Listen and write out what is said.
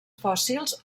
fòssils